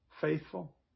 faithful